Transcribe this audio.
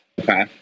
Okay